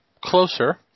closer